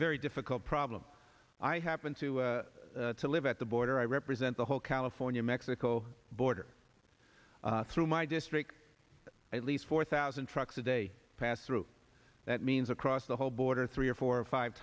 very difficult problem i happen to live at the border i represent the whole california mexico border through my district at least four thousand trucks a day pass through that means across the whole border three or four or five